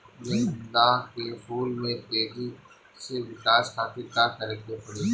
गेंदा के फूल में तेजी से विकास खातिर का करे के पड़ी?